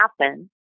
happen